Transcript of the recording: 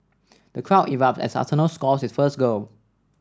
the crowd erupts as Arsenal score its first goal